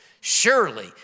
Surely